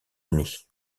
unis